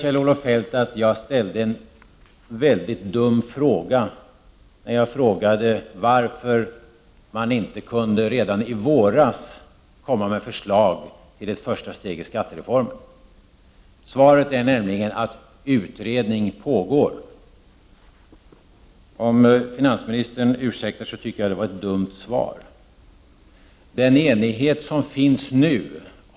Kjell-Olof Feldt tyckte att jag ställde en mycket dum fråga, när jag frågade varför man inte redan i våras kom med förslag till ett första steg i skattereformen. Svaret på den frågan var nämligen att utredning pågick. Jag tycker att det var ett dumt svar, om finansministern ursäktar.